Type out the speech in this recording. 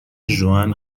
ژوئن